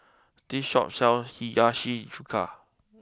this Shop sells Hiyashi Chuka